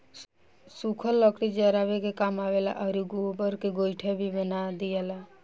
सुखल लकड़ी जरावे के काम आवेला आउर गोबर के गइठा भी बना दियाला